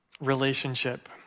relationship